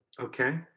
Okay